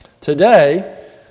Today